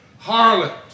harlot